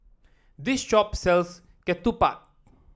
this shop sells Ketupat